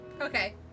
Okay